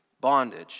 bondage